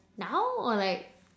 now or like